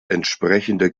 entsprechende